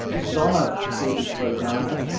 this is on a gluten-free diet.